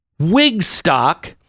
Wigstock